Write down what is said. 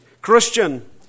Christian